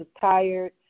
tired